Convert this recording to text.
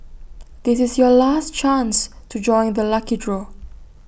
this is your last chance to join the lucky draw